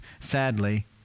sadly